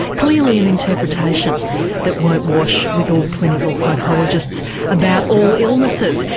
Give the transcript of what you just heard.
clearly an interpretation that won't wash with all clinical psychologists about all illnesses.